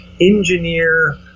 engineer